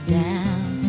down